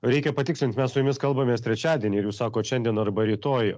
reikia patikslint mes su jumis kalbamės trečiadienį ir jūs sakot šiandien arba rytoj